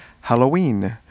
Halloween